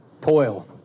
Toil